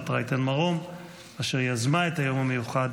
רייטן מרום אשר יזמה את היום המיוחד